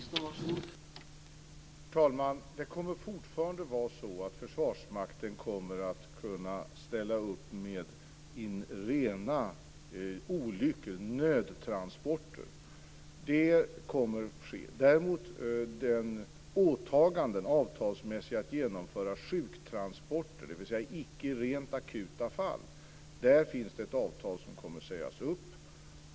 Herr talman! Det kommer fortfarande att vara så att Försvarsmakten vid rena olyckor kommer att kunna ställa upp med nödtransporter. Det kommer att ske. Däremot när det gäller åtagandet att genomföra sjuktransporter, dvs. i icke rent akuta fall, finns det ett avtal som kommer att sägas upp.